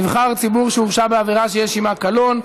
נבחר ציבור שהורשע בעבירה שיש עמה קלון)